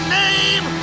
name